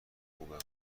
خوبم